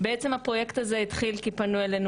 בעצם הפרוייקט הזה התחיל כי פנו אלינו